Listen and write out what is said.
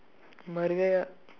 mar gaya